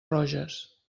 roges